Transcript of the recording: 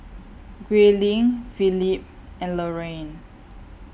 Grayling Philip and Laraine